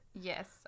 Yes